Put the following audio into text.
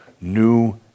new